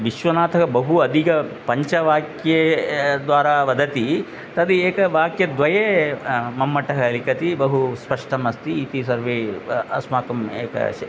विश्वनाथः बहु अधिकं पञ्चवाक्ये द्वारा वदति तद् एक वाक्यद्वये मम्मटःलिखति बहु स्पष्टम् अस्ति इति सर्वे अस्माकम् एकस्य